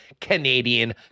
Canadian